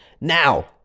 Now